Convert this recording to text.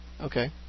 Okay